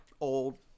old